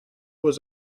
was